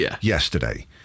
yesterday